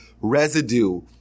residue